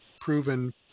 proven